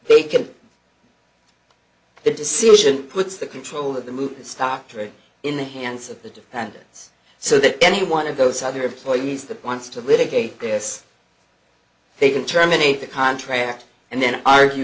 taken the decision puts the control of the move the stock trades in the hands of the defendants so that any one of those other employees that wants to litigate this they can terminate the contract and then argue